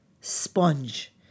sponge